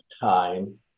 time